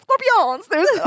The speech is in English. scorpions